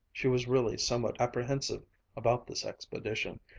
she was really somewhat apprehensive about this expedition,